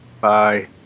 Bye